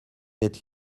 êtes